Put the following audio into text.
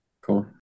Cool